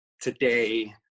today